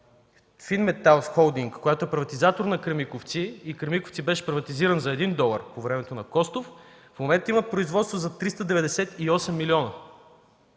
„Финметал холдинг”, която е приватизатор на „Кремиковци”, който беше приватизиран за един долар по времето на Костов, в момента има производство за 398 милиона